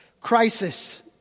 crisis